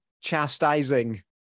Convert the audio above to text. chastising